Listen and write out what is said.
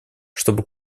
чтобы